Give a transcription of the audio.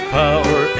power